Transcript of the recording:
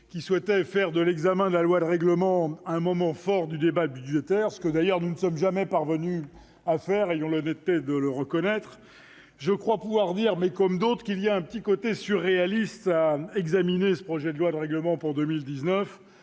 qui souhaitaient faire de l'examen du projet de loi de règlement un moment fort du débat budgétaire- ce que, d'ailleurs, nous ne sommes jamais vraiment parvenus à faire, ayons l'honnêteté de le reconnaître -, je crois pouvoir dire, comme d'autres, qu'il y a un petit côté surréaliste à examiner ce projet de loi de règlement pour 2019